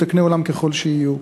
מתקני עולם ככל שיהיו,